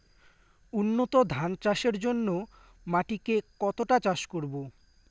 উন্নত ধান চাষের জন্য মাটিকে কতটা চাষ করব?